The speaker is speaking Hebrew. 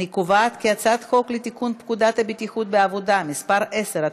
אני קובעת כי הצעת חוק לתיקון פקודת הבטיחות בעבודה (מס' 10),